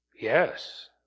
yes